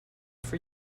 for